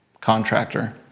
contractor